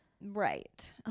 right